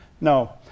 No